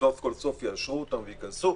כשסוף כל סוף יאשרו אותן והן ייכנסו,